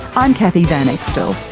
i'm cathy van extel